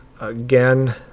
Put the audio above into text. Again